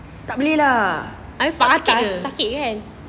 tak boleh lah sakit ya